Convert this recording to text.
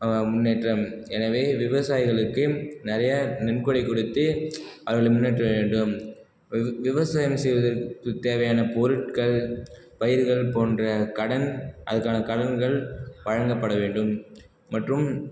முன்னேற்றம் எனவே விவசாயிகளுக்கு நிறைய நன்கொடை கொடுத்து அவர்களை முன்னேற்ற வேண்டும் விவ விவசாயம் செய்வதற்கு தேவையான பொருட்கள் பயிர்கள் போன்ற கடன் அதற்கான கடன்கள் வழங்கப்பட வேண்டும் மற்றும்